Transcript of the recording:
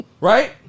Right